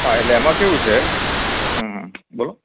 હા એટલે એમાં કએવું છે હ હ બોલો